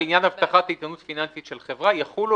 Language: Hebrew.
לעניין הבטחת איתנות פיננסית של חברה יחולו